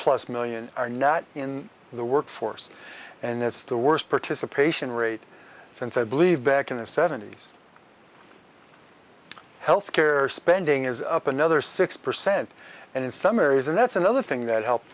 plus million are now in the workforce and it's the worst participation rate since i believe back in the seventy's health care spending is up another six percent and in some areas and that's another thing that helped